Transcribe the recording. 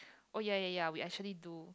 oh ya ya ya we actually do